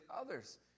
others